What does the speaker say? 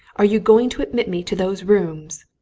are you going to admit me to those rooms?